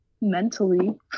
mentally